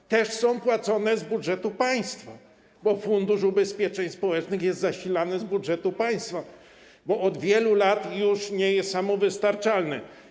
Są też płacone z budżetu państwa, bo Fundusz Ubezpieczeń Społecznych jest zasilany z budżetu państwa, bo od wielu lat nie jest on już samowystarczalny.